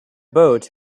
boat